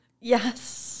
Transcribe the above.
Yes